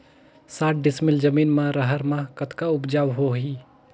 साठ डिसमिल जमीन म रहर म कतका उपजाऊ होही?